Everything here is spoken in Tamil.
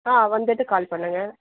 ஆ வந்துட்டு கால் பண்ணுங்க